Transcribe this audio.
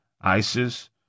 ISIS